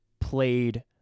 played